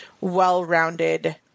well-rounded